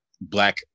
black